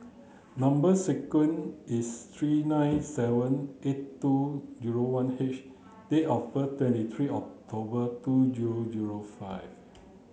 number sequence is three nine seven eight two zero one H date of birth twenty three October two zero zero five